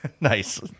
Nice